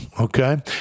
Okay